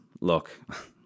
Look